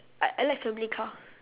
I I like family car